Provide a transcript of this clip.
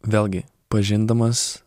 vėlgi pažindamas